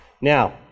Now